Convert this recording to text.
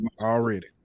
already